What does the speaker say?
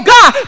God